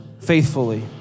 faithfully